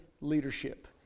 leadership